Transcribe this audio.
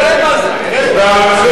תראה מה זה, תראה.